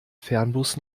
fernbus